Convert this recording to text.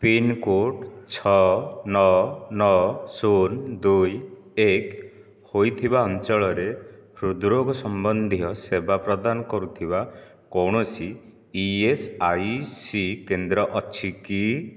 pincode ଛଅ ନଅ ନଅ ଶୁନୁ ଦୁଇ ଏକ ହୋଇଥିବା ଅଞ୍ଚଳରେ ହୃଦ୍ରୋଗ ସମ୍ବନ୍ଧୀୟ ସେବା ପ୍ରଦାନ କରୁଥିବା କୌଣସି ଇଏସ୍ଆଇସି କେନ୍ଦ୍ର ଅଛି କି